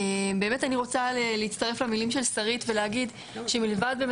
באמת אני רוצה להצטרף למילים של שרית ולהגיד שמלבד באמת